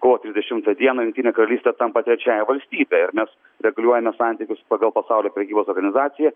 kovo trisdešimtą dieną jungtinė karalystė tampa trečiąja valstybe ir mes reguliuojame santykius pagal pasaulio prekybos organizaciją